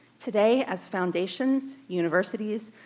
today, as foundations, universities,